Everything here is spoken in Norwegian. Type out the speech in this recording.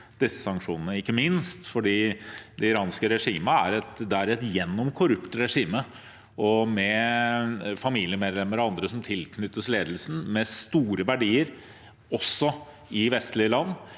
ikke minst fordi det iranske regimet er et gjennomkorrupt regime med familiemedlemmer og andre som tilknyttes ledelsen, med store verdier også i vestlige land.